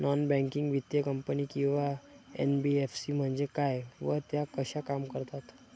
Non banking वित्तीय company किंवा NBFC म्हणजे काय व त्या कशा काम करतात?